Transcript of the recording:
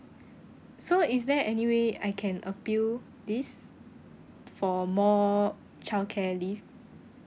so is there any way I can appeal this for more childcare leave